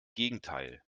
gegenteil